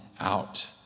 out